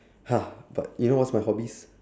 !huh! but you know what's my hobbies